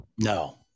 No